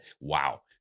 wow